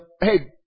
hey